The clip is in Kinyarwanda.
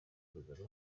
muryango